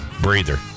breather